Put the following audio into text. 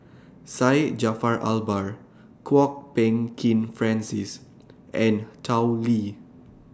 Syed Jaafar Albar Kwok Peng Kin Francis and Tao Li